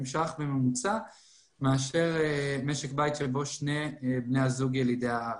שקלים בממוצע מאשר משק בית בו שני בני הזוג ילידי הארץ.